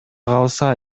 калса